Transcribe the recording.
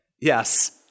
Yes